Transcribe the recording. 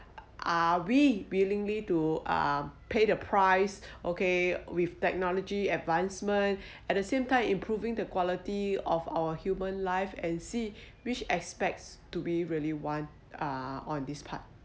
are we willingly to um pay the price okay with technology advancement at the same time improving the quality of our human life and see which aspects do we really want ah on this part